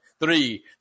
Three